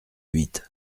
huit